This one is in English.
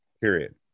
Period